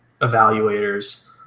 evaluators